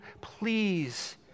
please